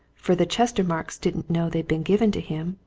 for the chestermarkes didn't know they'd been given to him,